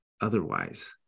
otherwise